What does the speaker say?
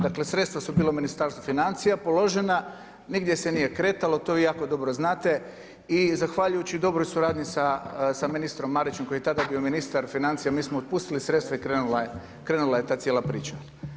Dakle, sredstva su bila u Ministarstvu financija položena, nigdje se nije kretalo, to vi jako dobro znate i zahvaljujući dobroj suradnji sa ministrom Marićem koji je tada bio ministar financija, mi smo otpustili sredstva i krenula je ta cijela priča.